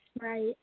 right